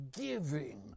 giving